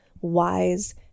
wise